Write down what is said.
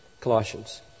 Colossians